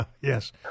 Yes